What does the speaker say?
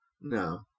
No